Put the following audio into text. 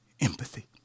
Empathy